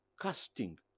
casting